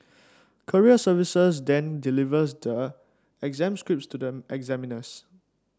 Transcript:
courier service then delivers the exam scripts to the examiners